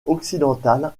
occidental